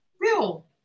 real